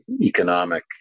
economic